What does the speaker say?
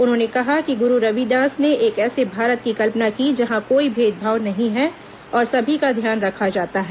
उन्होंने कहा कि गुरू रविदास ने एक ऐसे भारत की कल्पना की जहां कोई भेदभाव नहीं है और सभी का ध्यान रखा जाता है